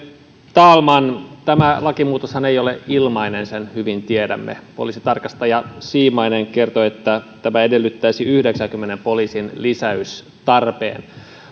talman tämä lakimuutoshan ei ole ilmainen sen hyvin tiedämme poliisitarkastaja simanainen kertoi että tämä edellyttäisi yhdeksänkymmenen poliisin lisäystä